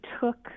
took